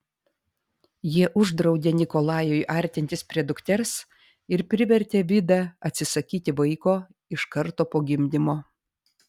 jie uždraudė nikolajui artintis prie dukters ir privertė vidą atsisakyti vaiko iš karto po gimdymo